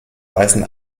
weißen